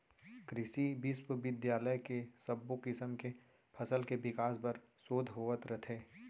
कृसि बिस्वबिद्यालय म सब्बो किसम के फसल के बिकास बर सोध होवत रथे